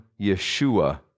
Yeshua